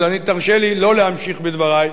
אז תרשה לי לא להמשיך בדברי.